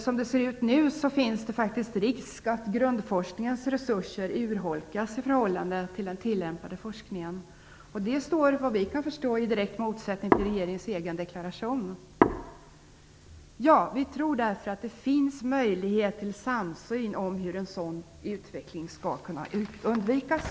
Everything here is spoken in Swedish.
Som det nu ser ut finns faktiskt risken att grundforskningens resurser urholkas i förhållande till den tillämpade forskningen. Såvitt vi förstår står det i direkt motsättning till regeringens egen deklaration. Vi tror därför att det finns möjligheter till en samsyn om hur en sådan utveckling skall kunna undvikas.